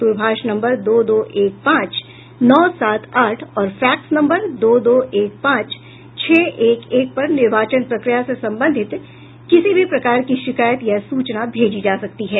द्रभाष नम्बर दो दो एक पांच नौ सात आठ और फैक्स नम्बर दो दो एक पांच छह एक एक पर निर्वाचन प्रक्रिया से संबंधित किसी भी प्रकार की शिकायत या सूचना भेजी जा सकती है